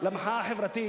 למחאה החברתית.